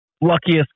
Luckiest